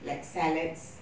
like salads